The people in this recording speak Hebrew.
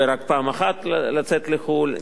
ורק פעם אחת לצאת לחו"ל,